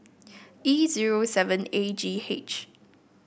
E zero seven A G H